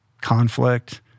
conflict